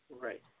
Right